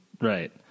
Right